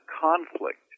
conflict